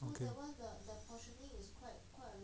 okay